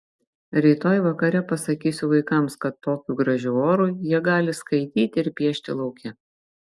rytoj vakare pasakysiu vaikams kad tokiu gražiu oru jie gali skaityti ir piešti lauke